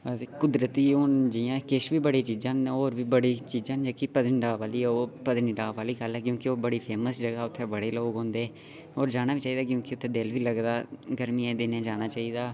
ते कुदरती हुन किछ बी जेह्की होर बी बड़ी चीजां न पतनिटॉप आह्ली क्यूंकि ओह् बड़ी फेमस जगह् ऐ उत्थैं बडे़ लोक औंदे होर जाना बी चाहिदा उत्थैं दिल बी लगदा गर्मियें दिनै जाना चाहिदा